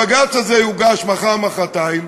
הבג"ץ הזה יוגש מחר-מחרתיים,